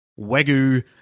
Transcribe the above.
Wagyu